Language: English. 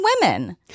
women